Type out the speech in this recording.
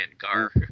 gar